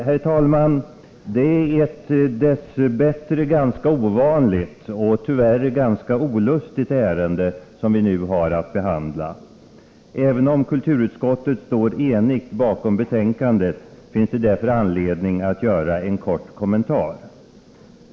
Herr talman! Det är ett dess bättre ganska ovanligt och tyvärr ganska olustigt ärende som vi nu har att behandla. Även om kulturutskottet står enigt bakom betänkandet finns det anledning att göra en kort kommentar.